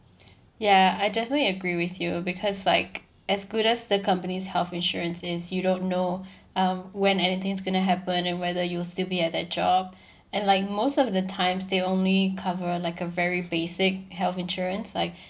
ya I definitely agree with you because like as good as the company's health insurance is you don't know um when anything's gonna happen and whether you'll still be at that job and like most of the times they only cover like a very basic health insurance like